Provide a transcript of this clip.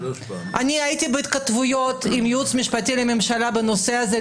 הייתי בהתכתבויות עם הייעוץ המשפטי לממשלה בנושא הזה,